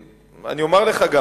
אני אומר לך גם,